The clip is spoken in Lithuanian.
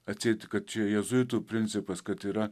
atseit kad čia jėzuitų principas kad yra